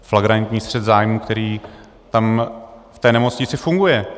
Flagrantní střet zájmů, který v té nemocnici funguje.